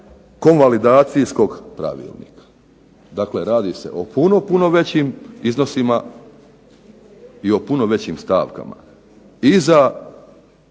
Konvalidacijskog pravilnika. Dakle, radi se o puno većim iznosima i puno većim stavkama i za